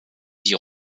die